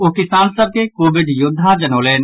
ओ किसान सभ के कोविड योद्धा जनौलनि